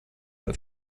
have